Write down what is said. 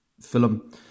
film